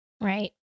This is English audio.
Right